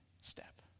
step